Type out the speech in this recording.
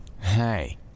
Hey